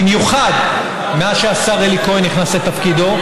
במיוחד מאז שהשר אלי כהן נכנס לתפקידו,